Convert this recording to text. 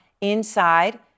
inside